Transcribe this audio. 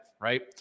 right